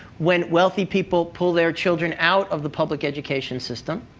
when wealthy people pull their children out of the public education system,